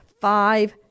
five